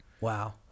Wow